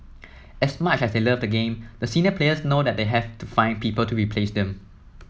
as much as they love the game the senior players know they have to find people to replace them